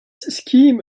scheme